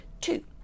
Two